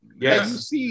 yes